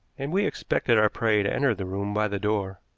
and we expected our prey to enter the room by the door.